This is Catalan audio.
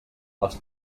els